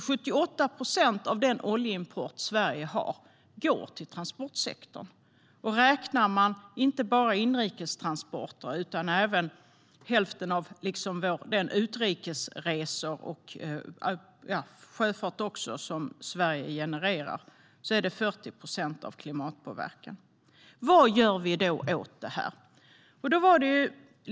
78 procent av den oljeimport Sverige har går till transportsektorn. Om man inte bara räknar inrikestransporter utan även hälften av de utrikesresor och den sjöfart som Sverige genererar är det 40 procent av klimatpåverkan. Vad gör vi då åt detta?